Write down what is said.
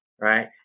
right